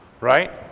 right